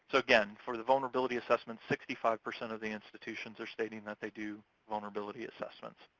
so again, for the vulnerability assessment, sixty five percent of the institutions are stating that they do vulnerability assessments.